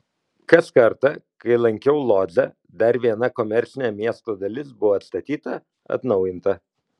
kas kartą kai lankiau lodzę dar viena komercinė miesto dalis buvo atstatyta atnaujinta